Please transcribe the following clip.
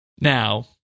Now